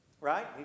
right